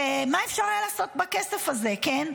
ומה אפשר היה לעשות בכסף הזה, כן?